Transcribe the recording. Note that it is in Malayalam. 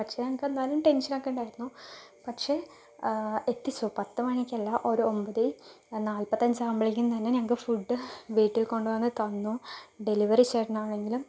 പക്ഷേ ഞങ്ങക്കെന്നാലും ടെൻഷനൊക്കെ ഉണ്ടായിരുന്നു പക്ഷേ എത്തിച്ചു പത്ത് മണിക്കല്ല ഒരു ഒമ്പതേ നൽപ്പത്തഞ്ചാവുമ്പഴേക്കും തന്നെ ഞങ്ങൾക്ക് ഫുഡ്ഡ് വീട്ടിൽ കൊണ്ടുവന്ന് തന്നു ഡെലിവറി ചേട്ടനാണെങ്കിലും